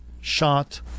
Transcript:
shot